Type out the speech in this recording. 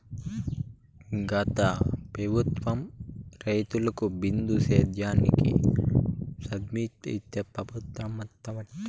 గత పెబుత్వం రైతులకి బిందు సేద్యానికి సబ్సిడీ ఇస్తే ఈ పెబుత్వం మాత్రం దాన్ని మంట గల్పినాది